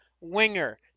winger –